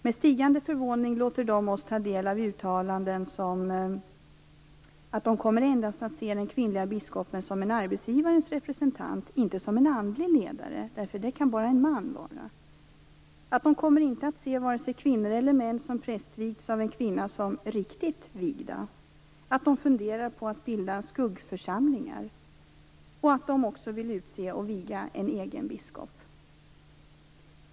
Med stigande förvåning låter de oss ta del av sådana uttalanden som t.ex.: De kommer endast att se den kvinnliga biskopen som en arbetsgivarens representant, inte som en andlig ledare, därför att det kan endast en man vara. De kommer inte att se vare sig kvinnor eller män som prästvigts av kvinna som riktigt vigda. De funderar på att bilda skuggförsamlingar. De vill utse och viga en egen biskop.